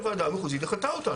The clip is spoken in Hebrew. שהוועדה המחוזית דחתה אותן.